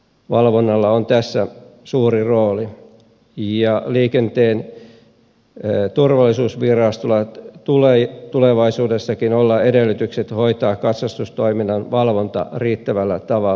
valvonnalla on tässä suuri rooli ja liikenteen turvallisuusvirastolla tulee tulevaisuudessakin olla edellytykset hoitaa katsastustoiminnan valvonta riittävällä tavalla